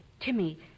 Timmy